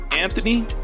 anthony